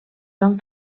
van